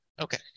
okay